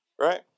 right